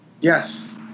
Yes